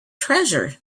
treasure